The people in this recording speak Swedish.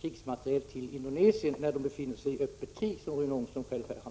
krigsmateriel till Indonesien, som befinner sig i öppet krig, vilket Rune Ångström själv har medgivit.